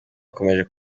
bakomeje